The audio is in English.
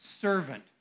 servant